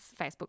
facebook